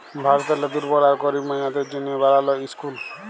ভারতেরলে দুর্বল আর গরিব মাইয়াদের জ্যনহে বালাল ইসকুল